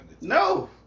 no